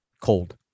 cold